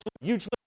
huge